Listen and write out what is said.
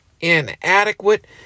inadequate